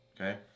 Okay